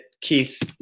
Keith